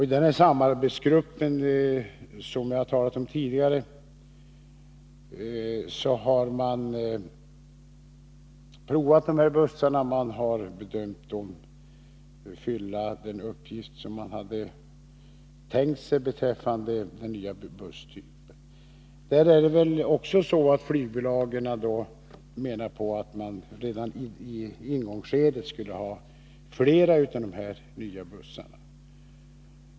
I den samarbetsgrupp jag talat om tidigare har man provat bussarna av den nya typen och bedömt dem fylla den uppgift man hade tänkt sig. Flygbolagen menar att man redan i ingångsskedet skulle ha fler av de nya bussarna.